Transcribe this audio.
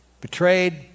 betrayed